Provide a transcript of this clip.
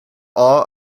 all